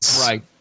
Right